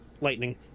lightning